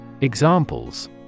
Examples